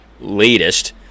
latest